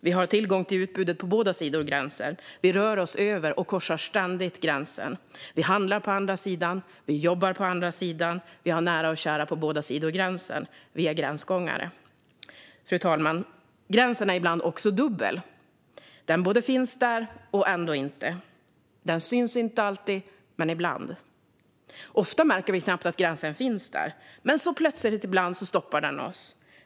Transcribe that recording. Vi har tillgång till utbudet på båda sidorna av gränsen. Vi rör oss över och korsar ständigt gränsen. Vi handlar på andra sidan, vi jobbar på andra sidan och vi har nära och kära på båda sidor om gränsen. Vi är gränsgångare. Fru talman! Gränsen är ibland också dubbel. Den både finns där och inte. Den syns inte alltid men ibland. Ofta märker vi knappt att gränsen finns där. Men plötsligt stoppar den oss.